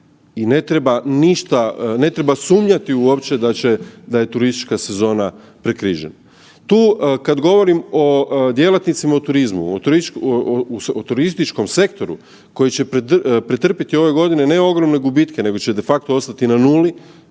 ne treba sumnjati uopće da će, da je turistička sezona prekrižena. Tu kad govorim o djelatnicima u turizmu o turističkom sektoru koji će pretrpiti ove godine ne ogromne gubitke nego će de facto ostati na nuli